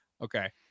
Okay